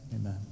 Amen